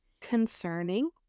concerning